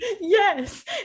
Yes